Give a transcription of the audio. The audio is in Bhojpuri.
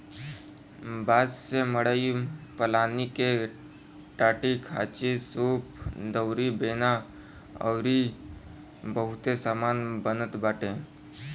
बांस से मड़ई पलानी के टाटीखांचीसूप दउरी बेना अउरी बहुते सामान बनत बाटे